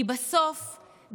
כי בסוף,